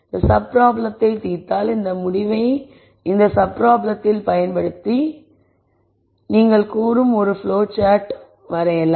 இந்த சப் ப்ராப்ளத்தை தீர்த்தால் இந்த முடிவை இந்த சப் ப்ராப்ளத்தில் பயன்படுத்தப் போகிறேன் என்று கூறி நீங்கள் ஒரு ப்ளோ சார்ட் வரைய வேண்டும்